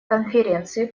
конференции